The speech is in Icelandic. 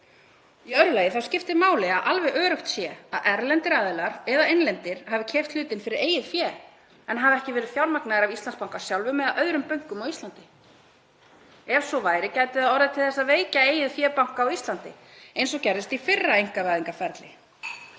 Í öðru lagi skiptir máli að alveg öruggt sé að erlendir aðilar eða innlendir hafi keypt hlutinn fyrir eigið fé en hafi ekki verið fjármagnaðir af Íslandsbanka sjálfum eða öðrum bönkum á Íslandi. Ef svo væri gæti það orðið til þess að veikja eigið fé banka á Íslandi eins og gerðist í fyrra einkavæðingarferli.